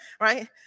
right